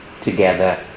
together